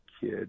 kid